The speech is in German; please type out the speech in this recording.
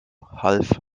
half